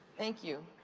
thank you.